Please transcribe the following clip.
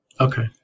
Okay